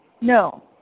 No